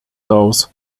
aus